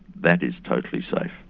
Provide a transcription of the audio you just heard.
that is totally safe.